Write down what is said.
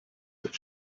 that